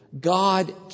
God